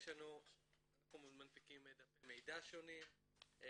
אנחנו מנפיקים דפי מידע שונים,